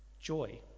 joy